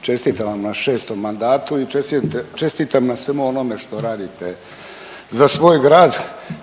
čestitam vam na šestom mandatu i čestitam na svemu onome što radite za svoj grad